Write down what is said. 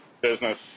business